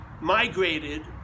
migrated